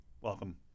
welcome